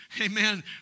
Amen